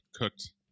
cooked